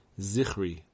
Zichri